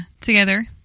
together